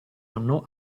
anno